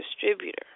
distributor